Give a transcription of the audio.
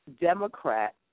Democrat